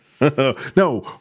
No